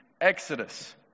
exodus